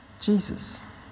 Jesus